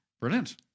brilliant